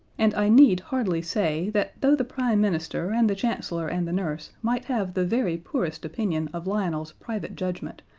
and i need hardly say that though the prime minister and the chancellor and the nurse might have the very poorest opinion of lionel's private judgement,